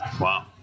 Wow